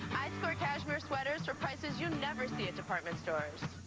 i score cashmere sweaters for prices you never see at department stores.